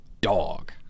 dog